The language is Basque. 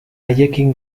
haiekin